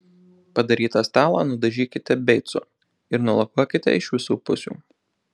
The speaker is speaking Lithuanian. padarytą stalą nudažykite beicu ir nulakuokite iš visų pusių